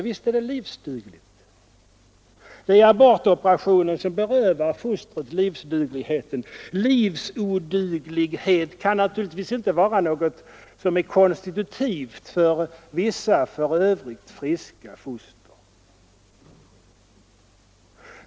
Det är abortoperationen som berövar fostret livsdugligheten. Livsoduglighet kan naturligtvis inte vara något konstitutivt för vissa för övrigt friska foster.